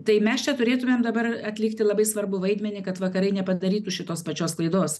tai mes čia turėtumėm dabar atlikti labai svarbų vaidmenį kad vakarai nepadarytų šitos pačios klaidos